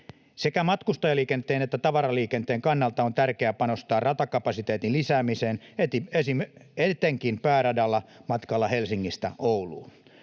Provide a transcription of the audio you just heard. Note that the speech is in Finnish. Sekä matkustajaliikenteen että tavaraliikenteen kannalta on tärkeää panostaa ratakapasiteetin lisäämiseen etenkin pääradalla matkalla Helsingistä Ouluun.